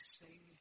sing